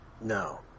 No